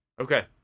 Okay